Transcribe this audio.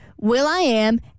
Will.i.am